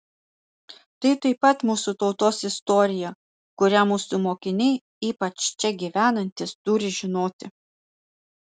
tai taip pat mūsų tautos istorija kurią mūsų mokiniai ypač čia gyvenantys turi žinoti